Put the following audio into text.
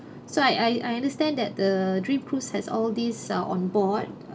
so I I I understand that the dream cruise has all these are onboard